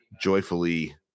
joyfully